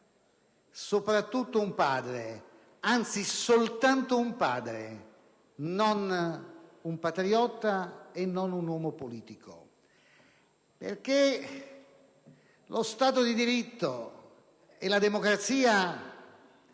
Soprattutto un padre, anzi soltanto un padre, non un patriota e non un uomo politico, perché lo Stato di diritto e la democrazia